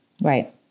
Right